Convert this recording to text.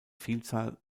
vielzahl